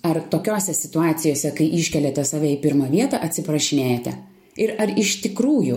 ar tokiose situacijose kai iškeliate save į pirmą vietą atsiprašinėjate ir ar iš tikrųjų